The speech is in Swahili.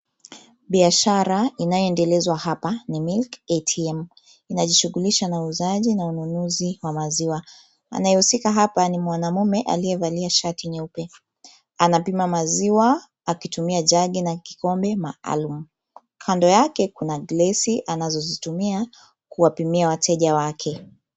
Biashara inayoendelezwa hapa ni milk ATM .Inajishughulisha na uuzaji na ununuzi wa maziwa. Anayehusika hapa ni mwanamume aliyevalia shati nyeupe. Anapima maziwa akitumia jagi na kikombe maalum. Kando yake kuna glesi anazozitumia kuwapimia wateja wake.